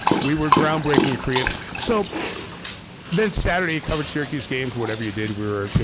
we were groundbreaking creative. so then saturday covered syracuse games, whatever you did, we were, you